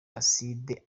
acide